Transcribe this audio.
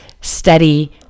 steady